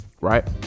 right